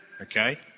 Okay